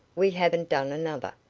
we haven't done another.